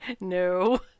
No